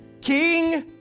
King